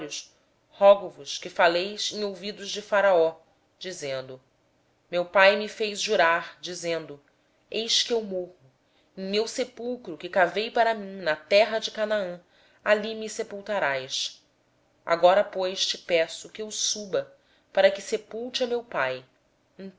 olhos rogo-vos que faleis aos ouvidos de faraó dizendo meu pai me fez jurar dizendo eis que eu morro em meu sepulcro que cavei para mim na terra de canaã ali me sepultarás agora pois deixa-me subir peço-te e sepultar meu pai